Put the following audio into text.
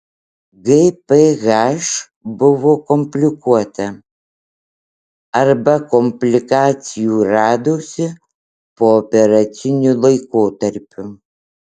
gph buvo komplikuota arba komplikacijų radosi pooperaciniu laikotarpiu